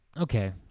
okay